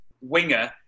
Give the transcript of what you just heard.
winger